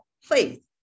faith